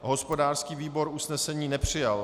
Hospodářský výbor usnesení nepřijal.